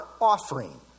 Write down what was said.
offering